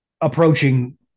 approaching